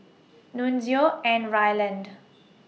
Nunzio and Ryland